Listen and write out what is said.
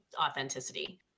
authenticity